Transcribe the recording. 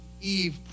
Eve